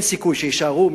אין סיכוי שיישארו.